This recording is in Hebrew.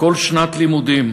כל שנת לימודים,